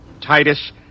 Titus